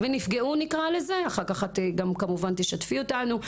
ונפגעו, אחר כך את גם כמובן תשתפי אותנו.